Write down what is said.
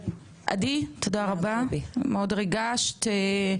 עדי, תודה רבה, ריגשת מאוד.